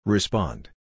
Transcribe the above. Respond